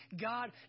God